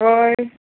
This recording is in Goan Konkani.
होय